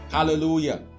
Hallelujah